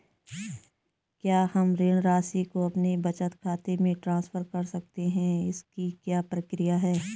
क्या हम ऋण राशि को अपने बचत खाते में ट्रांसफर कर सकते हैं इसकी क्या प्रक्रिया है?